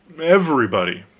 everybody.